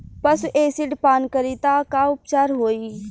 पशु एसिड पान करी त का उपचार होई?